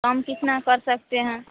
कम कितना कर सकते हैं